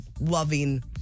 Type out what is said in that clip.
loving